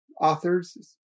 authors